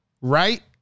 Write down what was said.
right